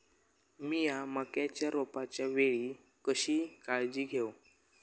मीया मक्याच्या रोपाच्या वेळी कशी काळजी घेव?